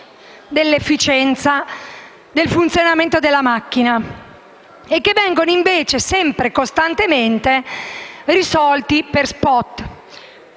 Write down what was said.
dell'efficienza e del funzionamento della macchina; problemi che vengono sempre costantemente risolti per *spot*.